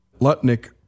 Lutnick